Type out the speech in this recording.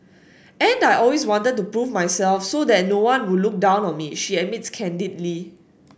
and I always wanted to prove myself so that no one would look down on me she admits candidly